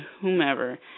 whomever